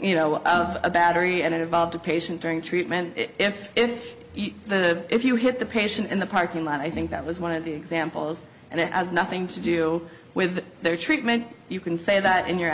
you know a battery and it the patient during treatment if if if you hit the patient in the parking lot i think that was one of the examples and it has nothing to do with their treatment you can say that in your